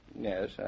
Yes